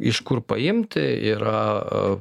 iš kur paimt yra